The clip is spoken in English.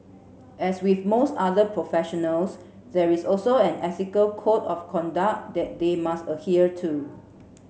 as with most other professionals there is also an ethical code of conduct that they must adhere to